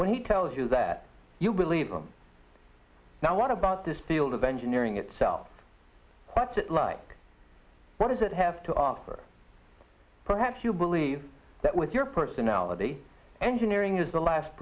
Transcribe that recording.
when he tells you that you believe them now what about this field of engineering itself what's it like what does it have to offer perhaps you believe that with your personality engineering is the last